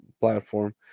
platform